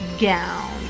gown